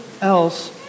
else